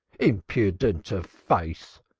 impudent of face!